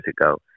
ago